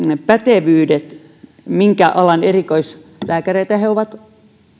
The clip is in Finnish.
pätevyydet se minkä alan erikoislääkäreitä he ovat